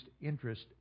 interest